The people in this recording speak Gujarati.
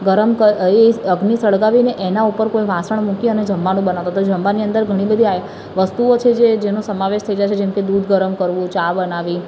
ગરમ કર એ અગ્નિ સળગાવીને એનાં ઉપર કોઈ વાસણ મૂકી અને જમવાનું બનાવતા હતા જમવાની અંદર ઘણી બધી આઇ વસ્તુઓ છે જે જેનો સમાવેશ થઇ જાય છે જેમ કે દૂધ ગરમ કરવું ચા બનાવવી